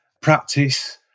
practice